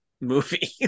movie